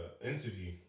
interview